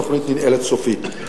התוכנית ננעלת סופית.